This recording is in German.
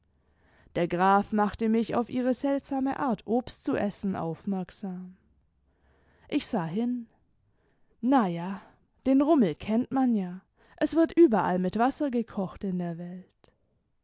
der graf machte mich auf ihre seltsame art obst zu essen aufmerksam ich sah hin na ja den rummel kennt man ja es wird überall mit wasser gekocht in der welt